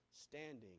standing